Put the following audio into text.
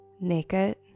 naked